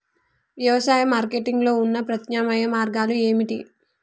వ్యవసాయ మార్కెటింగ్ లో ఉన్న ప్రత్యామ్నాయ మార్గాలు ఏమిటి?